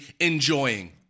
enjoying